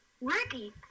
Ricky